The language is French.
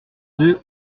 deux